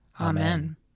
Amen